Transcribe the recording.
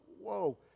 whoa